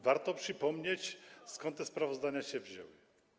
Warto przypomnieć, skąd te sprawozdania się wzięły.